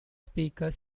speaker